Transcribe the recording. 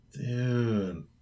Dude